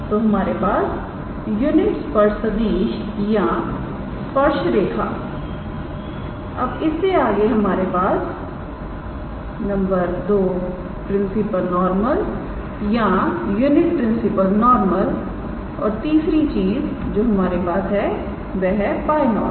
तोहमारे पास यूनिट स्पर्श सदिश या स्पर्श रेखा अब इससे आगे हमारे पास प्रिंसिपल नॉर्मल या यूनिट प्रिंसिपल नॉर्मल और तीसरी चीज जो हमारे पास है वह है बाय नॉर्मल